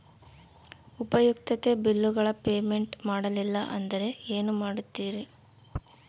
ಉಪಯುಕ್ತತೆ ಬಿಲ್ಲುಗಳ ಪೇಮೆಂಟ್ ಮಾಡಲಿಲ್ಲ ಅಂದರೆ ಏನು ಮಾಡುತ್ತೇರಿ?